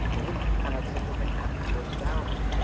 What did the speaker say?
i wouldn't have had such a thing happen for a thousand!